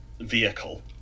vehicle